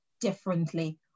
differently